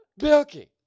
Bilky